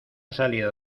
salida